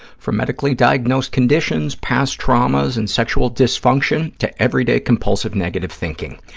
from medically diagnosed conditions, past traumas and sexual dysfunction to everyday compulsive negative thinking.